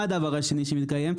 מה הדבר השני שמתקיים?